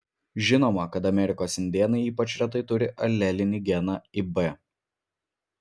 žinoma kad amerikos indėnai ypač retai turi alelinį geną ib